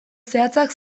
zehatzak